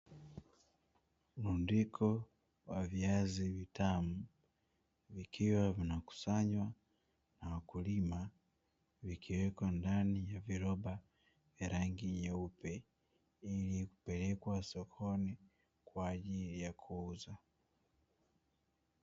Mrundiko wa viazi vitamu vikiwa vinakusanywa na wakulima, vikiwekwa ndani ya viroba vya rangi nyeupe ili kupelekwa sokoni kwa ajili ya kuuza.